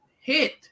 hit